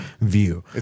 view